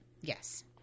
Yes